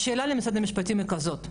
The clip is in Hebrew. השאלה למשרד המשפטים היא כזאת,